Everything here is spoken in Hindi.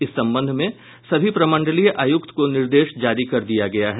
इस संबंध में सभी प्रमंडलीय आयुक्त को निर्देश जारी कर दिया गया है